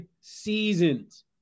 seasons